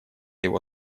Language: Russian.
его